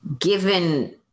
Given